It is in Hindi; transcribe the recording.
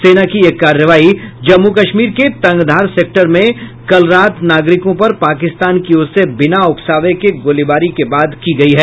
सेना की यह कार्रवाई जम्मु कश्मीर के तंगधार सेक्टर में कल रात नागरिकों पर पाकिस्तान की ओर से बिना उकसावे के गोलीबारी के बाद की गई है